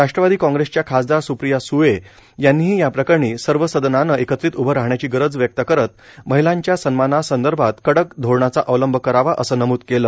राष्ट्रवादी काँग्रेसच्या खासदार स्प्रिया स्ळे यांनीही या प्रकरणी सर्व सदनानं एकत्रित उभं राहण्याची गरज व्यक्त करत महिलांच्या सन्मानासंदर्भात कडक धोरणाचा अवलंब करावा असं नमूद केलं